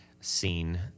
seen